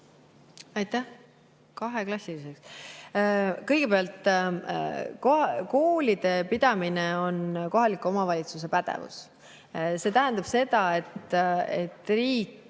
Aitäh! Kaheklassiliseks … Kõigepealt, koolide pidamine on kohaliku omavalitsuse pädevus. See tähendab, et riik